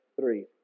three